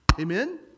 Amen